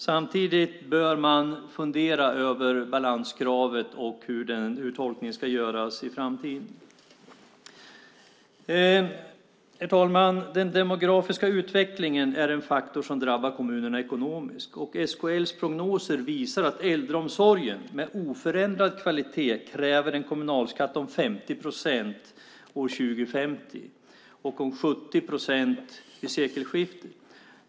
Samtidigt bör man fundera över balanskravet och hur den uttolkningen ska göras i framtiden. Herr talman! Den demografiska utvecklingen är en faktor som drabbar kommunerna ekonomiskt. SKL:s prognoser visar att en äldreomsorg med oförändrad kvalitet kräver en kommunalskatt om 50 procent år 2050 och om 70 procent vid sekelskiftet.